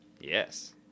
Yes